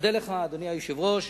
אודה לך, אדוני היושב-ראש,